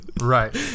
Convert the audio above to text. Right